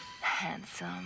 Handsome